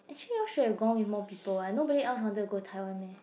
actually you all should have gone with more people [what] nobody else wanted to go Taiwan meh